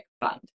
fund